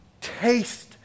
taste